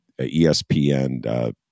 ESPN